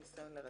וניסיון לרצח,